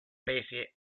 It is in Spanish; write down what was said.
pese